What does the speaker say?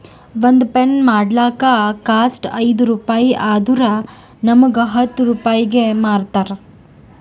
ಒಂದ್ ಪೆನ್ ಮಾಡ್ಲಕ್ ಕಾಸ್ಟ್ ಐಯ್ದ ರುಪಾಯಿ ಆದುರ್ ನಮುಗ್ ಹತ್ತ್ ರೂಪಾಯಿಗಿ ಮಾರ್ತಾರ್